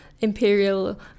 imperial